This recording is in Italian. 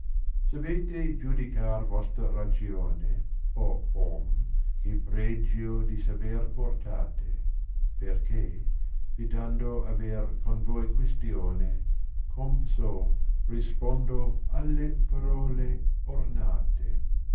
avete giudicar vostra ragione o om che pregio di saver portate perchè vitando aver con voi quistioue com so rispondo alle parole ornate